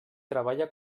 treballa